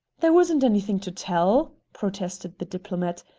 there wasn't anything to tell, protested the diplomat.